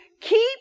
keep